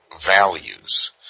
values